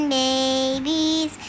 babies